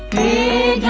a